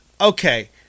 okay